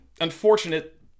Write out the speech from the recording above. unfortunate